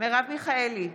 מרב מיכאלי,